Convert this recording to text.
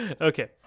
Okay